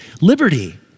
Liberty